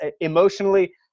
emotionally